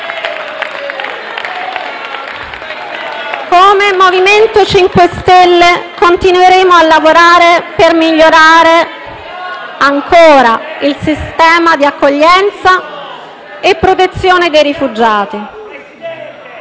Come MoVimento 5 Stelle continueremo a lavorare per migliorare ancora il sistema di accoglienza e protezione dei rifugiati,